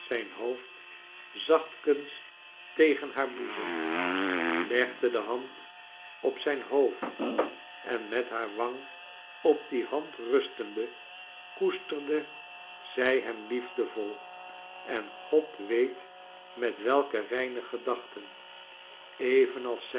zijn hoofd zachtkens tegeii haar boezem legde dc hand op zijn hoofd en met haar wang op die hand rustende koe sterde zij hem lief de vol en god weet met welke reinc gedaehten evenals